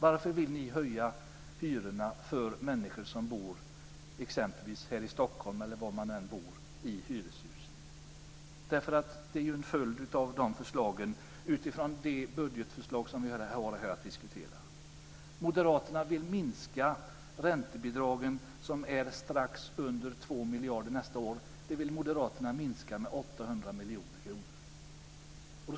Varför vill ni höja hyrorna för människor som bor i hyreshus i Stockholm eller var som helst? Det är ju en följd av era budgetförslag, som vi har att diskutera. Moderaterna vill minska räntebidragen, som är strax under 2 miljarder nästa år, med 800 miljoner kronor.